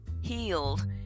healed